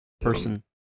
person